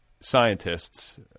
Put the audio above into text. scientists